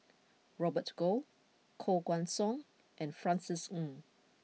Robert Goh Koh Guan Song and Francis Ng